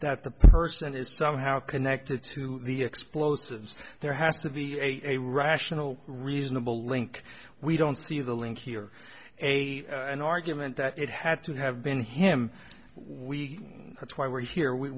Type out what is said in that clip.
the person is somehow connected to the explosives there has to be a rational reasonable link we don't see the link here a an argument that it had to have been him we that's why we're here